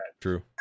True